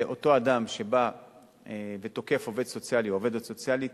אותו אדם שבא ותוקף עובד סוציאלי או עובדת סוציאלית